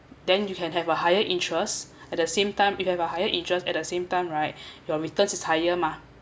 then you can have a higher interest at the same time if you have a higher interest at the same time right your returns is higher mah